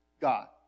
God